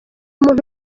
muntu